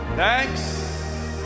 Thanks